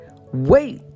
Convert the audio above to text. Wait